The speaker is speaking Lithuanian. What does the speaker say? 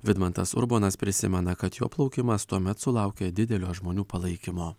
vidmantas urbonas prisimena kad jo plaukimas tuomet sulaukė didelio žmonių palaikymo